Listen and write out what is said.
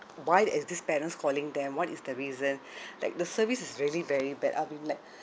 why is this parents calling them what is the reason like the service is really very bad I've been like